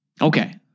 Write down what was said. Okay